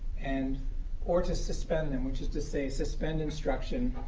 and or to suspend them, which is to say suspend instruction,